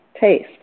taste